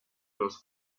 los